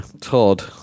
Todd